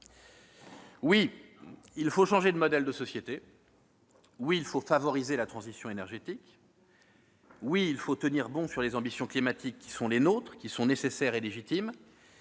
Oui, il faut changer de modèle de société. Oui, il faut favoriser la transition énergétique. Oui, il faut tenir bon sur les ambitions climatiques qui sont les nôtres- elles sont nécessaires et légitimes